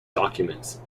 documents